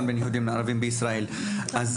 אני מצטרף להרבה דברים שנאמרו כאן,